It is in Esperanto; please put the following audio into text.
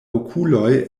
okuloj